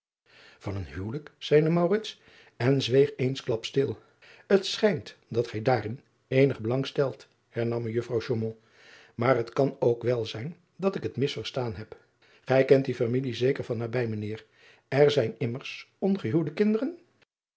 an een huwelijk zeide en zweeg eensklaps stil et schijnt dat gij daarin eenig belang stelt hernam ejuffr maar het kan ook wel zijn dat ik het mis verstaan heb ij kent die famalie zeker van nabij mijn eer er zijn immers ongehuwde kinderen